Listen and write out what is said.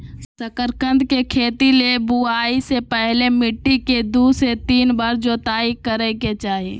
शकरकंद के खेती ले बुआई से पहले मिट्टी के दू से तीन बार जोताई करय के चाही